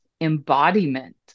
embodiment